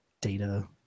data